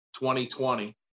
2020